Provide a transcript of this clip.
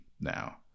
now